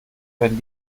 werden